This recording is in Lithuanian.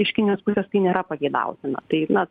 iš kinijos pusės tai nėra pageidautina tai na